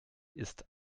ist